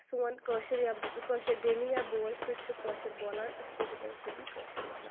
سون کٲشُر یا کٲشِر بیٚنہِ یا بوے سُہ تہِ چھُ کٲشُر بولان أسۍ تہِ چھِ تٔتھۍ سۭتی کٲشِر ونان